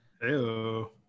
hello